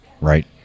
Right